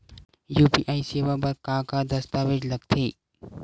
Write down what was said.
UPI सेवा बर का का दस्तावेज लगथे?